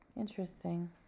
Interesting